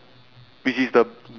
like like